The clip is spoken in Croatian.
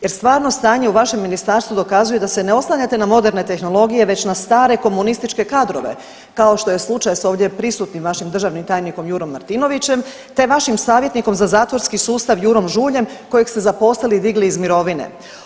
Jer stvarno stanje u vašem ministarstvu dokazuje da se ne oslanjate na moderne tehnologije već na stare komunističke kadrove kao što je slučaj sa ovdje prisutnim vašim državnim tajnikom Jurom Martinovićem, te vašim savjetnikom za zatvorski sustav Jurom Žuljem kojeg ste zaposlili i digli iz mirovine.